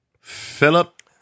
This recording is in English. Philip